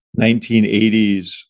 1980s